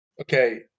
Okay